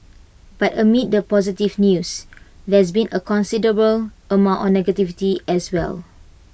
but amid the positive news there's been A considerable amount of negativity as well